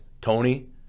Tony